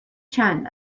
چند